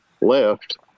Left